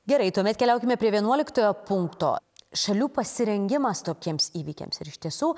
gerai tuomet keliaukime prie vienuoliktojo punkto šalių pasirengimas tokiems įvykiams ir iš tiesų